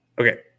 Okay